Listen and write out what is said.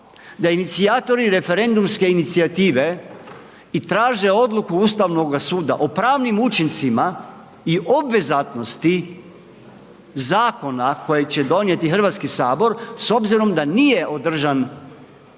da inicijatori referendumske inicijative i traže odluku Ustavnoga suda o pravnim učincima i obvezatnosti zakona koji će donijeti HS s obzirom da nije održan i